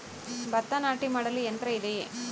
ಭತ್ತ ನಾಟಿ ಮಾಡಲು ಯಂತ್ರ ಇದೆಯೇ?